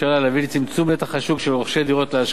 לצמצום נתח השוק של רוכשי דירות להשקעה.